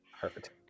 Perfect